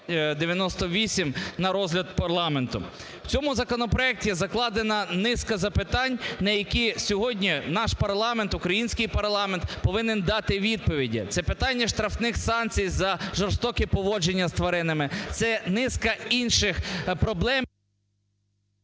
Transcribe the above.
У цьому законопроекті закладена низка запитань, на які сьогодні наш парламент, український парламент, повинен дати відповіді. Це питання штрафних санкцій за жорстокі поводження з тваринами, це низка інших проблем…